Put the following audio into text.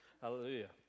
Hallelujah